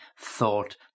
thought